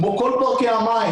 כמו כל פארקי המים,